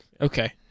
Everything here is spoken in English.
Okay